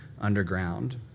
underground